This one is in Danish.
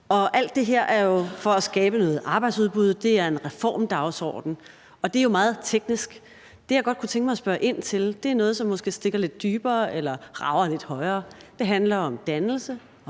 alt det her er jo for at skabe noget arbejdsudbud. Det er en reformdagsorden, og det er jo meget teknisk. Det, jeg godt kunne tænke mig at spørge ind til, er noget, som måske stikker lidt dybere eller rager lidt højere op. Det handler om dannelse,